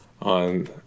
on